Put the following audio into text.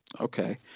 Okay